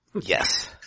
Yes